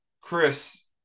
Chris